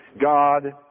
God